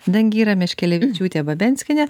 dangyra meškelevičiūte babenskiene